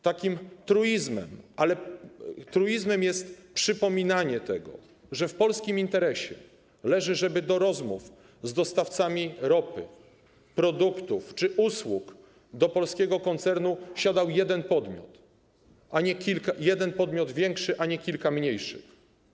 Takim truizmem jest przypominanie tego, że w polskim interesie leży, żeby do rozmów z dostawcami ropy, produktów czy usług do polskiego koncernu siadał jeden podmiot, a nie kilka - jeden podmiot większy, a nie kilka mniejszych.